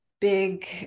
big